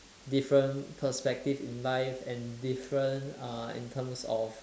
different perspective in life and different uh in terms of